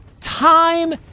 time